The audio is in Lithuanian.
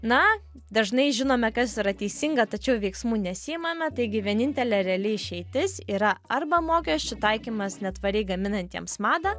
na dažnai žinome kas yra teisinga tačiau veiksmų nesiimame taigi vienintelė reali išeitis yra arba mokesčių taikymas netvariai gaminantiems madą